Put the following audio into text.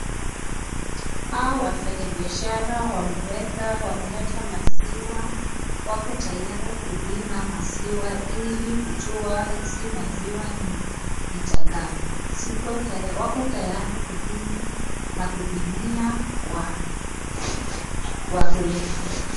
Hawa wafanyibiashara wameleta maziwa. Wako tayari kupima maziwa ili kujua hizi maziwa ni za ngapi. Wako tayari kupimia na kupimia wakulima.